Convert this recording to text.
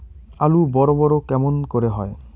আলু বড় বড় কেমন করে হয়?